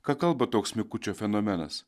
ką kalba toks mikučio fenomenas